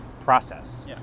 process